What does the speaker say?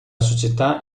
società